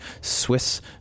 Swiss